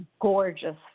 gorgeous